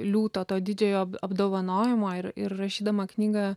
liūto to didžiojo apdovanojimo ir ir rašydama knygą